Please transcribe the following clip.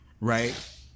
Right